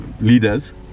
leaders